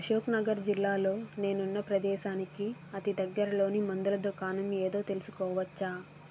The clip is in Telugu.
అశోక్ నగర్ జిల్లాలో నేనున్న ప్రదేశానికి అతి దగ్గరలోని మందుల దుకాణం ఏదో తెలుసుకోవచ్చా